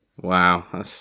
Wow